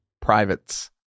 Privates